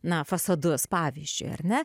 na fasadus pavyzdžiui ar ne